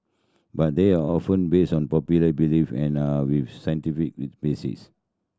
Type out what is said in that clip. but they are often based on popular belief and are with scientific basis